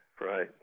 Right